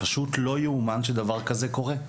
פשוט לא יאומן שדבר כזה קורה.